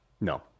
No